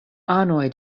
anoj